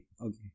Okay